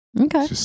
okay